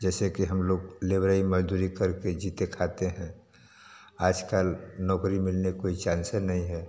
जैसे कि हम लोग लेबरई मजदूरी करके जीते खाते हैं आजकल नौकरी मिलने कोई चांसे नहीं है